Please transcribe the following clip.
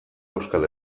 euskal